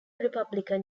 republican